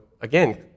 again